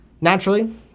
Naturally